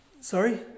Sorry